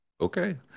Okay